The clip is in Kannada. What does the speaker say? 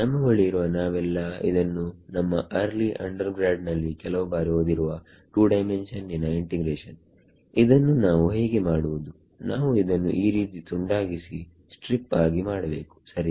ನಮ್ಮ ಬಳಿ ಇರುವ ನಾವೆಲ್ಲಾ ಇದನ್ನು ನಮ್ಮ ಅರ್ಲಿ ಅಂಡರ್ ಗ್ರಾಡ್ ನಲ್ಲಿ ಕೆಲವು ಬಾರಿ ಓದಿರುವ 2 ಡೈಮೆನ್ಷನ್ನಿನ ಇಂಟಿಗ್ರೇಷನ್ ಇದನ್ನು ನಾವು ಹೇಗೆ ಮಾಡುವುದುನಾವು ಇದನ್ನು ಈ ರೀತಿ ತುಂಡಾಗಿಸಿ ಸ್ಟ್ರಿಪ್ ಆಗಿ ಮಾಡಬೇಕು ಸರಿಯಾ